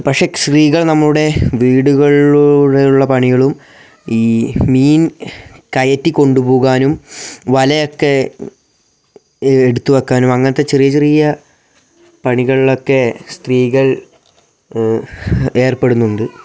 പക്ഷേ സ്ത്രീകൾ നമ്മുടെ വീടുകളിലൂടെ ഉള്ള പണികളും ഈ മീൻ കയറ്റിക്കൊണ്ടുപോകാനും വലയൊക്കെ എടുത്ത് വെക്കാനും അങ്ങനത്തെ ചെറിയ ചെറിയ പണികളിലൊക്കെ സ്ത്രീകൾ ഏർപ്പെടുന്നുണ്ട്